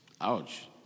Ouch